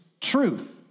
truth